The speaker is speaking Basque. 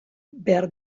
behar